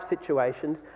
situations